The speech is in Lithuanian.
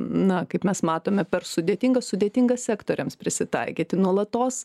na kaip mes matome per sudėtinga sudėtinga sektoriams prisitaikyti nuolatos